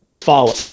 follow